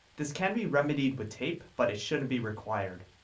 this can be remedied with tape but it shouldn't be required.